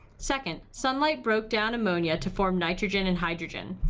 second, sunlight broke down ammonia to form nitrogen and hydrogen.